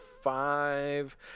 five